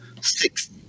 six